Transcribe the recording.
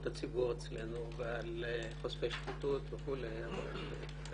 הציבור אצלנו ועל חושפי שחיתות וכולי אבל...